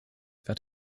that